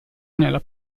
nella